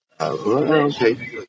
Okay